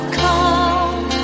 come